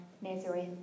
Nazareth